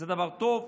זה דבר טוב.